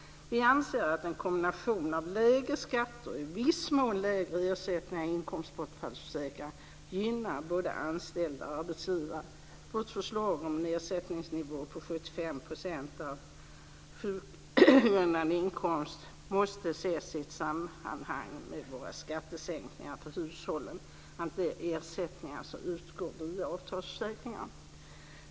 Vi anser att en kombination av lägre skatter och i viss mån lägre ersättningar i inkomstbortfallsföräkringarna gynnar både anställda och arbetsgivare. Vårt förslag om en ersättningsnivå på 75 % av sjukpenninggrundande inkomst måste ses i ett sammanhang med våra skattesänkningar för hushållen samt de ersättningar som utgår via avtalsförsäkringarna.